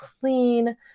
clean